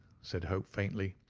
said hope faintly.